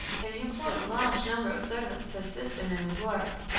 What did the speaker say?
and he employed a large number of servants to assist him in his work.